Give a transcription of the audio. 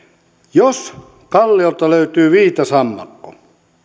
jos kalliolta löytyy viitasammakko